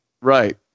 Right